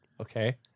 Okay